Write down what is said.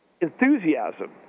enthusiasm